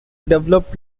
developed